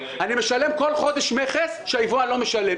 אני משלם כל חודש מכס, כאשר היבואן לא משלם.